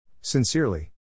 Sincerely